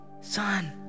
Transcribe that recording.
son